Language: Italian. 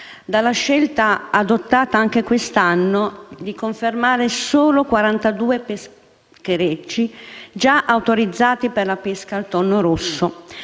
dalla scelta, adottata anche quest'anno, di confermare solo i quarantadue pescherecci già autorizzati per la pesca al tonno rosso,